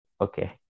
okay